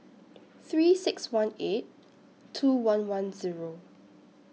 three six one eight two one one Zero